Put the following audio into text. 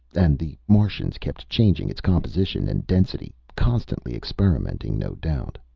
and the martians kept changing its composition and density constantly experimenting, no doubt.